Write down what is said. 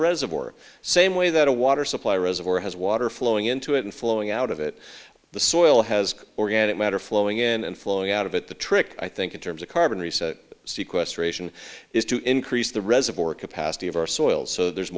reservoir same way that a water supply reservoir has water flowing into it and flowing out of it the soil has organic matter flowing in and flowing out of it the trick i think in terms of carbon research seaquest race and is to increase the reservoir capacity of our soils so there's